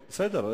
בסדר.